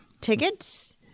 tickets